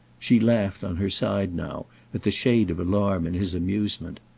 she laughed on her side now at the shade of alarm in his amusement.